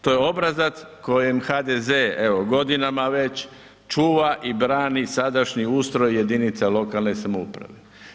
To je obrazac kojim HDZ evo godinama već čuva i brani sadašnji ustroj jedinica lokalne samouprave.